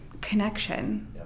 Connection